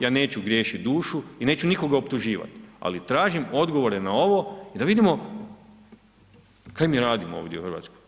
Ja neću griješiti dušu i neću nikoga optuživat, ali tražim odgovore na ovo i da vidimo kaj mi radimo ovdje u Hrvatskoj.